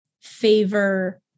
favor